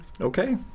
Okay